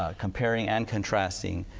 ah comparing and contrasting